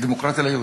דמוקרטיה ליהודים.